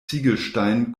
ziegelsteinen